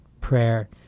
prayer